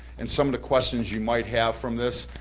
and some of the questions you might have from this,